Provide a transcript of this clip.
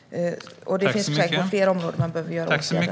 Det finns säkert fler områden där man behöver vidta åtgärder.